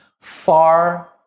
far